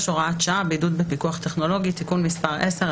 (הוראת שעה) (בידוד בפיקוח טכנולוגי) (תיקון מס' 10),